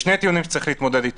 יש שני טיעונים שיש להתמודד אתם: